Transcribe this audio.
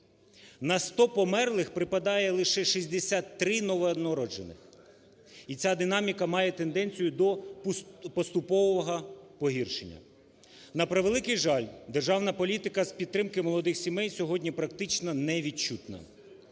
На 100 померлих припадає лише 63 новонароджених. І ця динаміка має тенденцію до поступового погіршення. На превеликий жаль, державна політика з підтримки молодих сімей сьогодні практично невідчутна.